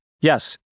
Yes